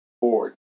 board